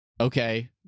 Okay